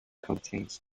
contains